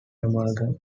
amalgam